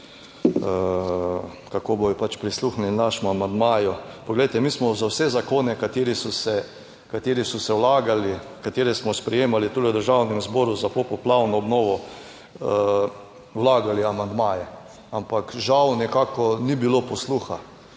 kako bodo pač prisluhnili našemu amandmaju, poglejte, mi smo za vse zakone, kateri so se, kateri so se vlagali, katere smo sprejemali tu v Državnem zboru za popoplavno obnovo, vlagali amandmaje, ampak žal nekako ni bilo posluha.